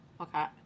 Okay